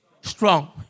strong